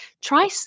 try